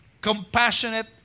compassionate